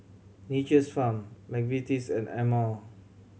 Nature's Farm McVitie's and Amore